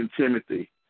Timothy